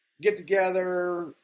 Get-together